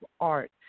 art